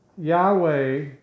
Yahweh